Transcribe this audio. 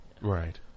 Right